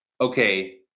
okay